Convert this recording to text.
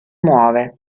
muove